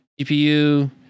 GPU